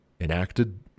enacted